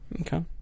Okay